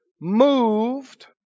Moved